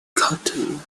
cotton